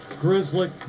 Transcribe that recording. Grizzly